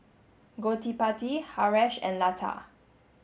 Gottipati Haresh and Lata